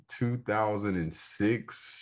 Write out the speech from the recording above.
2006